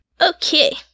Okay